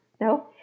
No